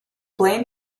blame